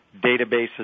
databases